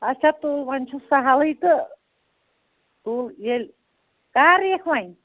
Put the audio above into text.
اَچھا تُل وۅنۍ چھُ سَہلٕے تہٕ تُل ییٚلہِ کَر یِکھ وۅنۍ